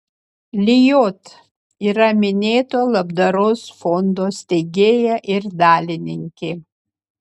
lijot yra minėto labdaros fondo steigėja ir dalininkė